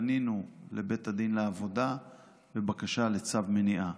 ופנינו לבית הדין לעבודה בבקשה לצו מניעה.